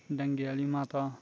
भेंगे आह्ली माता